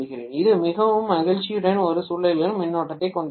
இது மிகவும் மகிழ்ச்சியுடன் ஒரு சுழலும் மின்னோட்டத்தைக் கொண்டிருக்கலாம்